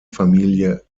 familie